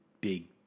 big